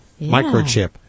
microchip